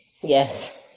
Yes